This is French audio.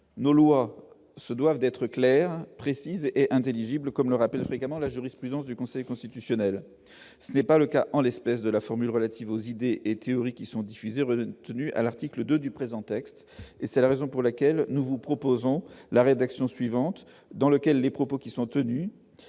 nos lois se doivent d'être claire, précise et intelligible, comme le rappelle également la jurisprudence du Conseil constitutionnel, ce n'est pas le cas en l'espèce de la formule relatives aux idées et théories qui sont diffusés retenue à l'article 2 du présent texte et c'est la raison pour laquelle, nous vous proposons la rédaction suivante dans lequel des propos qui sont tenus